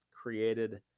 created